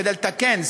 כדי לתקן,